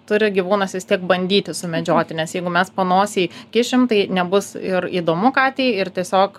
turi gyvūnas vis tiek bandyti sumedžioti nes jeigu mes panosėj kišim tai nebus ir įdomu katei ir tiesiog